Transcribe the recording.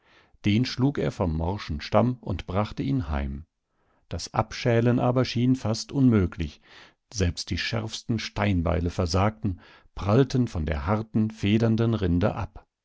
den schlug er vom morschen stamm und brachte ihn heim das abschälen aber schien fast unmöglich selbst die schärfsten steinbeile versagten prallten von der harten federnden rinde ab